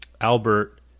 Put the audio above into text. Albert